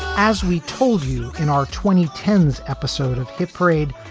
as we told you in our twenty ten s episode of hit parade,